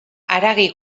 haragi